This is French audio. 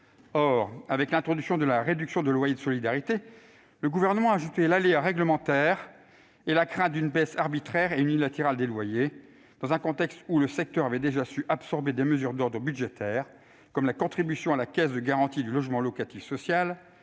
Or, avec l'introduction de la réduction de loyer de solidarité, le Gouvernement a instillé l'aléa réglementaire et la crainte d'une baisse arbitraire et unilatérale des loyers dans un contexte où le secteur avait déjà dû absorber des mesures d'ordre budgétaire, comme sa contribution à la Caisse de garantie du logement locatif social,